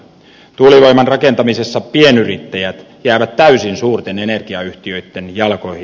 tuulivoiman rakentamisessa pienyrittäjät jäävät täysin suurten energiayhtiöitten jalkoihin